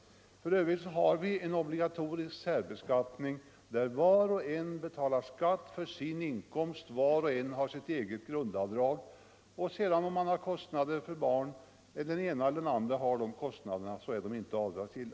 För övrigt har vi en obligatorisk särbeskattning, där var och en betalar skatt för sin inkomst och var och en har sitt eget grundavdrag. Om sedan den ena eller den andra av makarna har kostnader för barn är de inte avdragsgilla.